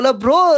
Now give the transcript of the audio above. bro